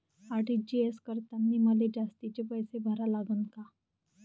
RTGS करतांनी मले जास्तीचे पैसे भरा लागन का?